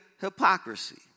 hypocrisy